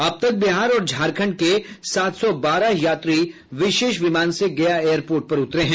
अब तक बिहार और झारखंड के सात सौ बारह यात्री विशेष विमान से गया एयरपोर्ट पर उतरे हैं